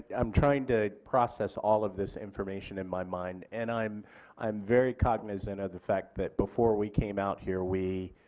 am trying to process all of this information in my mind and i am very cognizant of the fact that before we came out here we